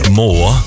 more